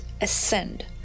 ascend